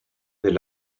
del